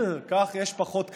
כך יש פחות קרינה,